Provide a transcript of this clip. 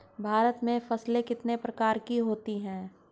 भारत में फसलें कितने प्रकार की होती हैं?